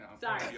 Sorry